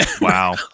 Wow